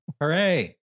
Hooray